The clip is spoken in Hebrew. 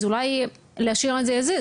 אז אולי להשאיר את זה as is,